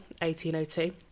1802